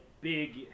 Big